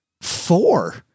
Four